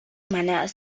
manadas